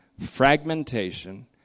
fragmentation